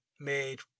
made